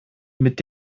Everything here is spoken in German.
mit